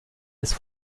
ist